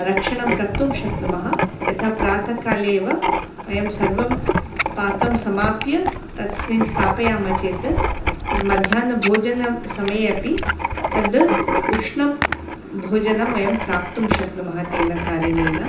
रक्षणं कर्तुं शक्नुमः यथा प्रातःकाले एव वयं सर्वं पाकं समाप्य तस्मिन् स्थापयामः चेत् तद्मध्याह्नभोजनसमये अपि तद् उष्णं भोजनं वयं प्राप्तुं शक्नुमः तेन कारणेन